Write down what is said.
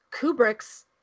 Kubrick's